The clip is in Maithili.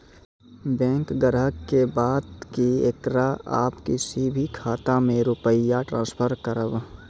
बैंक ग्राहक के बात की येकरा आप किसी भी खाता मे रुपिया ट्रांसफर करबऽ?